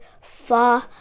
far